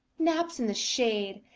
naps in the shade,